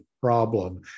problem